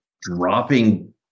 dropping